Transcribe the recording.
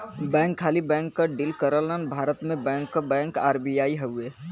bank खाली bank क deal करलन भारत में बैंक क बैंक आर.बी.आई हउवे